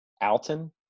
Alton